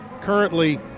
currently